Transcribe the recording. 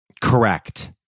Correct